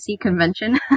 convention